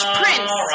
prince